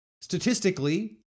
statistically